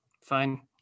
fine